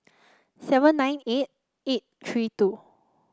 seven nine eight eight three two